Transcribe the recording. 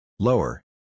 Lower